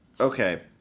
Okay